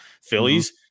Phillies